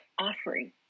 offering